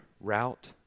route